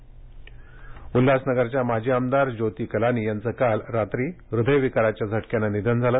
निधन उल्हासनगरच्या माजी आमदार ज्योती कलानी यांचं काल रात्री हृदयविकाराच्या झटक्यानं निधन झालं